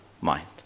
mind